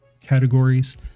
categories